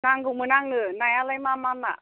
नांगौमोन आंनो नायालाय मा मा ना